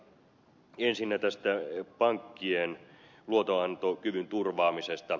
ensinnä tästä pankkien luotonantokyvyn turvaamisesta